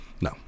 No